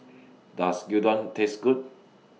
Does Gyudon Taste Good